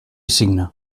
signe